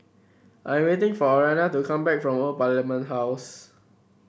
I am waiting for Aryanna to come back from Old Parliament House